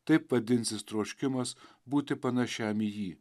taip vadinsis troškimas būti panašiam į jį